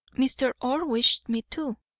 mr. orr wished me to.